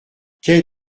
quai